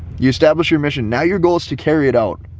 you establish your mission. now your goal is to carry it out.